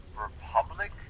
republic